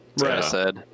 Right